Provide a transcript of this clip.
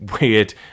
weird